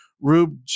Rube